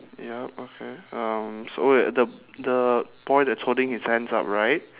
yup okay um so wait the the boy that's holding his hands upright